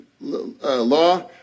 law